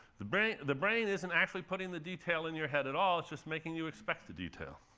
the brain the brain isn't actually putting the detail in your head at all. it's just making you expect the detail.